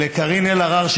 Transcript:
ולקארין אלהרר,